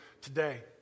today